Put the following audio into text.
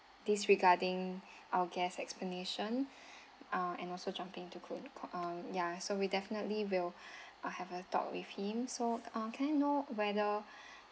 disregarding our guests explanation uh and also jumping to conc~ co~ um ya so we definitely will uh have a talk with him so uh can I know wether